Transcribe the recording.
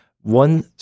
one